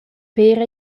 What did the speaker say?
pér